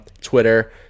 Twitter